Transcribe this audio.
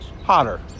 Hotter